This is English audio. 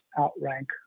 outrank